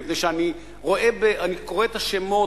מפני שאני קורא את השמות,